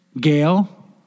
Gail